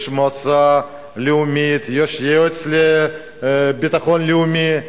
יש מועצה לאומית, יש יועץ לביטחון לאומי,